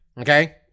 okay